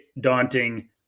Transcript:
daunting